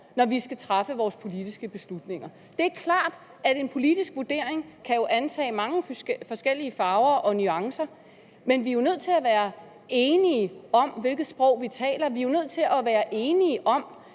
når vi skal træffe vores politiske beslutninger? Det er klart, at en politisk vurdering kan antage mange forskellige farver og nuancer, men vi er jo nødt til at være enige om, hvilket sprog vi taler. Vi er nødt til at være enige om,